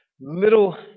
little